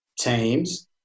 teams